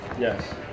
Yes